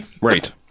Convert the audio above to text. Right